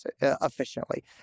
efficiently